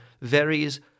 varies